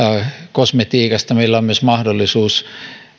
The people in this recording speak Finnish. kosmetiikasta meillä on myös mahdollisuus